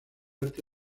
arte